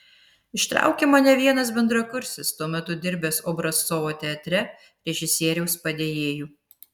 ištraukė mane vienas bendrakursis tuo metu dirbęs obrazcovo teatre režisieriaus padėjėju